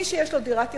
מי שיש לו דירת יחיד,